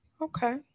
Okay